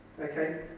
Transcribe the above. Okay